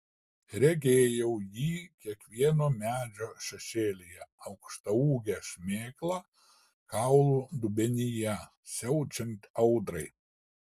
regėjau jį kiekvieno medžio šešėlyje aukštaūgę šmėklą kaulų dubenyje siaučiant audrai